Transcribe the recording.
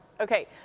Okay